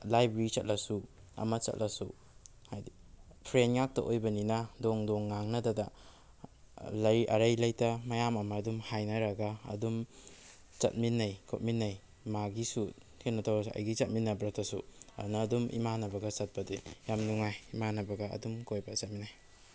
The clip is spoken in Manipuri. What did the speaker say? ꯂꯥꯏꯕ꯭ꯔꯦꯔꯤ ꯆꯠꯂꯁꯨ ꯑꯃ ꯆꯠꯂꯁꯨ ꯍꯥꯏꯗꯤ ꯐ꯭ꯔꯦꯟ ꯉꯥꯛꯇ ꯑꯣꯏꯕꯅꯤꯅ ꯗꯣꯡ ꯗꯣꯡ ꯉꯥꯡꯅꯗꯅ ꯂꯩ ꯑꯔꯩ ꯂꯩꯇ ꯃꯌꯥꯝ ꯑꯃ ꯑꯗꯨꯝ ꯍꯥꯏꯅꯔꯒ ꯑꯗꯨꯝ ꯆꯠꯃꯤꯟꯅꯩ ꯈꯣꯠꯃꯤꯟꯅꯩ ꯃꯥꯒꯤꯁꯨ ꯀꯩꯅꯣ ꯇꯧꯔꯁꯨ ꯑꯩꯒꯤ ꯆꯠꯃꯤꯟꯅꯕ ꯅꯠꯇ꯭ꯔꯁꯨ ꯑꯗꯨꯅ ꯑꯗꯨꯝ ꯏꯃꯥꯟꯅꯕꯒ ꯆꯠꯄꯗꯤ ꯌꯥꯝ ꯅꯨꯡꯉꯥꯏ ꯏꯃꯥꯟꯅꯕꯒ ꯑꯗꯨꯝ ꯀꯣꯏꯕ ꯆꯠꯃꯤꯟꯅꯩ